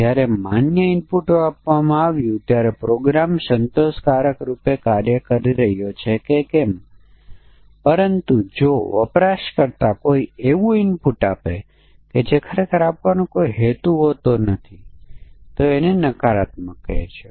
બીજુ એક ખાસ જોખમ છે જ્યાં પ્રોગ્રામના પ્રકાર સમસ્યાનું વર્ણન પર આધાર રાખીને પ્રોગ્રામર કેટલીક વસ્તુઓ ચૂકી શકે છે